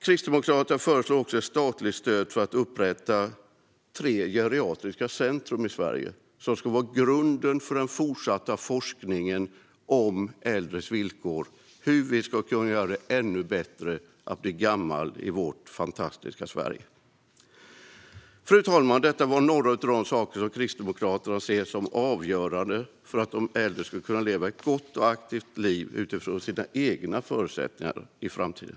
Kristdemokraterna föreslår också ett statligt stöd för att upprätta tre geriatriska centrum i Sverige som ska vara grunden för den fortsatta forskningen om äldres villkor och hur vi ska kunna göra det ännu bättre att bli gammal i vårt fantastiska Sverige. Fru talman! Detta var några av de saker som Kristdemokraterna ser som avgörande för att de äldre ska kunna leva ett gott och aktivt liv utifrån sina egna förutsättningar i framtiden.